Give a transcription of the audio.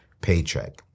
paycheck